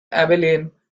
abilene